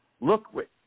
Look